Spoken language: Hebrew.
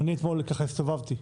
אתמול ככה הסתובבתי,